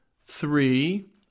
Three